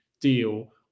deal